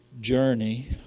journey